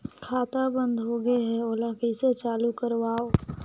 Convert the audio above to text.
खाता बन्द होगे है ओला कइसे चालू करवाओ?